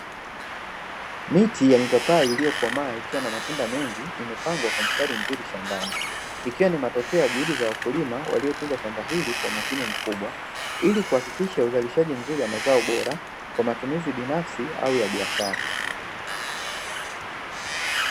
Miti ya mipapai iliyokomaa ikiwa na matunda mengi imepangwa kwa mstari mzuri shambani, ikiwa ni matokeo ya juhudi za wakulima waliotunza shamba hili kwa umakini mkubwa ili kuhakikisha uzalishaji mzuri wa mazao bora kwa matumizi binafsi au ya biashara.